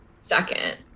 second